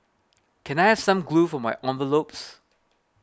can I have some glue for my envelopes